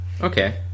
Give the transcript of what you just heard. Okay